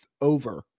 over